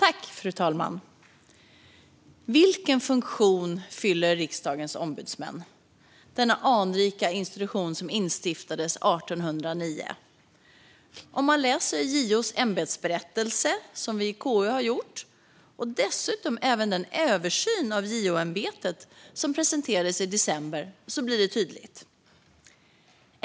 Fru talman! Vilken funktion fyller riksdagens ombudsmän? Denna anrika institution instiftades 1809. Om man läser JO:s ämbetsberättelse, som vi i KU har gjort, och dessutom även den översyn av JO-ämbetet som presenterades i december blir syftet tydligt.